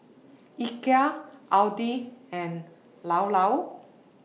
Ikea Audi and Llao Llao